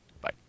Bye